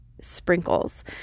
Sprinkles